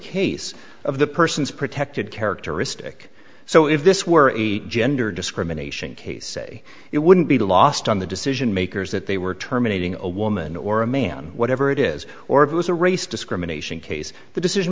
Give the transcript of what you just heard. case of the person's protected characteristic so if this were a gender discrimination case say it wouldn't be lost on the decision makers that they were terminating a woman or a man whatever it is or if it was a race discrimination case the decision